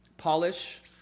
polish